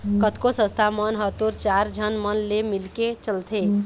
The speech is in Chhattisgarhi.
कतको संस्था मन ह तो चार झन मन ले मिलके चलथे